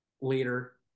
later